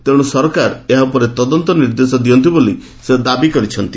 ତେଣୁ ସରକାର ଏହା ଉପରେ ତଦନ୍ତ ନିର୍ଦ୍ଦେଶ ଦିଅନ୍ତ ବୋଲି ସେ ଦାବି କରିଛନ୍ତି